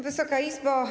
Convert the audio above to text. Wysoka Izbo!